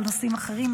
על נושאים אחרים,